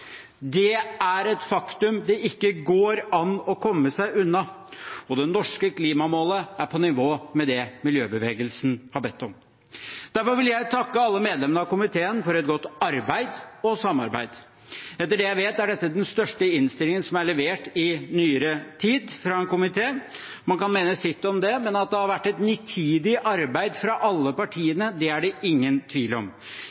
Det er et faktum det ikke går an å komme seg unna. Og det norske klimamålet er på nivå med det miljøbevegelsen har bedt om. Derfor vil jeg takke alle medlemmene av komiteen for et godt arbeid og samarbeid. Etter det jeg vet, er dette den største innstillingen som er levert i nyere tid fra en komité. Man kan mene sitt om det, men at det har vært et nitid arbeid fra alle partiene, er det ingen tvil om.